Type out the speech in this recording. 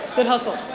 good hustle.